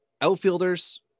outfielders